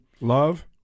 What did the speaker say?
Love